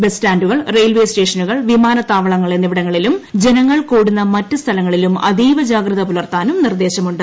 bus സ്റ്റാന്റുകൾ railway സ്റ്റേഷനുകൾ വിമാന്റ്ത്താവളങ്ങൾ എന്നിവിടങ്ങളിലും ജനങ്ങൾ കൂടുന്ന മറ്റ് സ്ഥലങ്ങളിലും അതീവ ജില്ലക്കുത് പുലർത്താനും നിർദ്ദേശമുണ്ട്